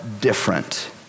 different